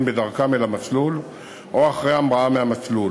בדרכם אל המסלול או אחרי המראה מהמסלול.